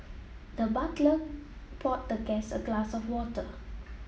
the butler poured the guest a glass of water